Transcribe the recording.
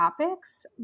topics